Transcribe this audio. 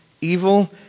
evil